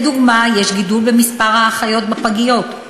לדוגמה, יש גידול במספר האחיות בפגיות,